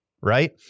right